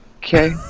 Okay